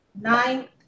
nine